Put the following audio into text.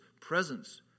presence